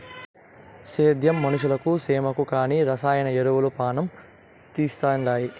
సేద్యం మనుషులకు సేమకు కానీ రసాయన ఎరువులు పానం తీస్తండాయి